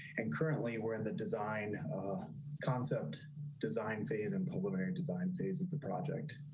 and currently, we're in the design concept design phase and preliminary design phase of the project.